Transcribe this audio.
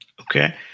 okay